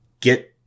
Get